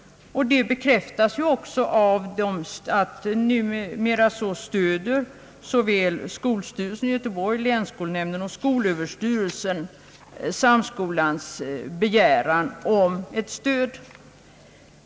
Det bekräftas också av att såväl skolstyrelsen i Göteborg, länsskolnämnden som skolöverstyrelsen numera stöder Samskolans begäran om bidrag.